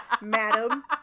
madam